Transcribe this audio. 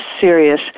serious